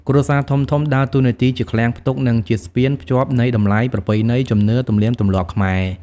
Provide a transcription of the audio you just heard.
គ្រួសារធំៗដើរតួនាទីជាឃ្លាំងផ្ទុក និងជាស្ពានភ្ជាប់នៃតម្លៃប្រពៃណី ជំនឿ និងទំនៀមទម្លាប់ខ្មែរ។